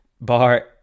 bar